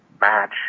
match